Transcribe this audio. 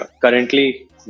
currently